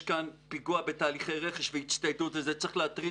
יש כאן פיגוע בתהליכי רכש והצטיידות וזה צריך להטריד